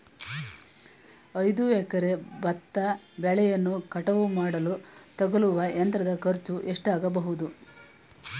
ಐದು ಎಕರೆ ಭತ್ತ ಬೆಳೆಯನ್ನು ಕಟಾವು ಮಾಡಿಸಲು ತಗಲುವ ಯಂತ್ರದ ಖರ್ಚು ಎಷ್ಟಾಗಬಹುದು?